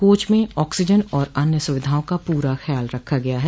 coach में oxygen व अन्य सुविधाओं का पूरा ख्याल रखा गया है